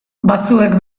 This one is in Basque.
batzuek